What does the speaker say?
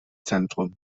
zentrum